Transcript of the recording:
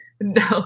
No